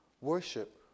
worship